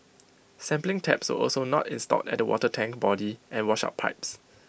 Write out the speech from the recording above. sampling taps were also not installed at the water tank body and washout pipes